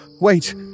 wait